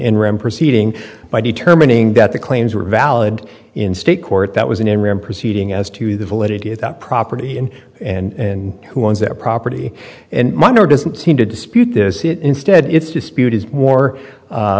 enron proceeding by determining that the claims were valid in state court that was an enron proceeding as to the validity of that property and who owns that property and mine or doesn't seem to dispute this it instead it's dispute is more